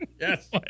Yes